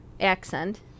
accent